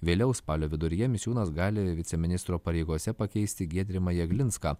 vėliau spalio viduryje misiūnas gali viceministro pareigose pakeisti giedrimą jeglinską